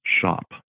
shop